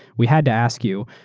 we had to ask you,